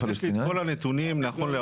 פתחתי בזה.